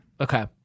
Okay